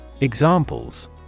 Examples